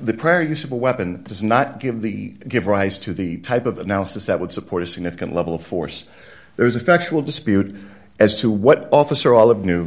the prayer use of a weapon does not give the give rise to the type of analysis that would support a significant level of force there was a factual dispute as to what officer all of new